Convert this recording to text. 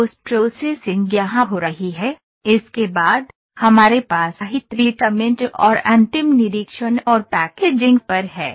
post processing यहां हो रही है इसके बाद हमारे पास हीट ट्रीटमेंट और अंतिम निरीक्षण और पैकेजिंग पर है